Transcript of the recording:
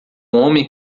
homem